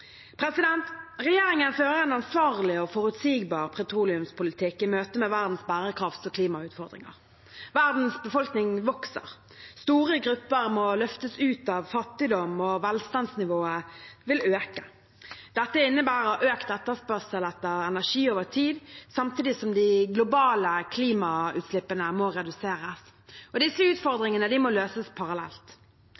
Regjeringen fører en ansvarlig og forutsigbar petroleumspolitikk i møte med verdens bærekrafts- og klimautfordringer. Verdens befolkning vokser. Store grupper må løftes ut av fattigdom, og velstandsnivået vil øke. Dette innebærer økt etterspørsel etter energi over tid, samtidig som de globale klimagassutslippene må reduseres. Disse utfordringene må løses parallelt. Både bærekrafts- og